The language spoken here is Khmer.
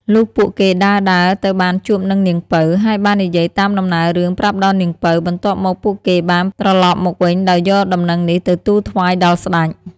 លុះពួកគេដើរៗទៅបានជួបនឹងនាងពៅ ហើយបាននិយាយតាមដំណើររឿងប្រាប់ដល់នាងពៅ បន្ទាប់មកពួកគេបានត្រឡប់មកវិញដោយយកដំណឹងនេះទៅទូលថ្វាយដល់ស្ដេច។